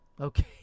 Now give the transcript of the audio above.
okay